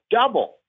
double